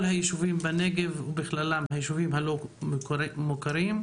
היישובים בנגב ובכללם היישובים הלא מוכרים.